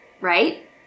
right